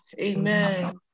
amen